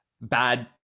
bad